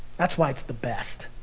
that's why it's the best.